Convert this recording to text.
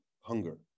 hunger